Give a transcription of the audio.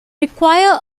require